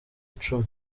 icumi